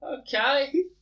Okay